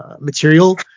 material